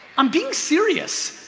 i'm being serious.